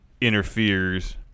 interferes